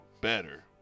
better